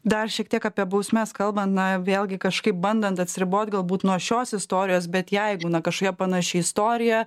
dar šiek tiek apie bausmes kalbant na vėlgi kažkaip bandant atsiribot galbūt nuo šios istorijos bet jeigu kažkikia panaši istorija